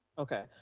okay,